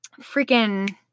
freaking